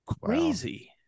Crazy